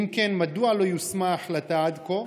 2. אם כן, מדוע לא יושמה ההחלטה עד כה?